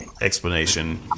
explanation